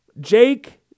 Jake